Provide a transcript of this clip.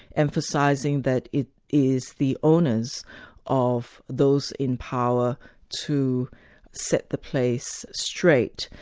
emphasising that it is the onus of those in power to set the place straight.